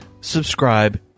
subscribe